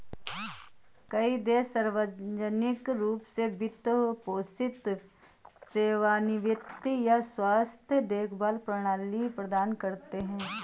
कई देश सार्वजनिक रूप से वित्त पोषित सेवानिवृत्ति या स्वास्थ्य देखभाल प्रणाली प्रदान करते है